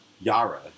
Yara